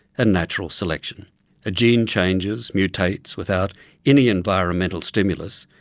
and natural selection a gene changes, mutates without any environmental stimulus,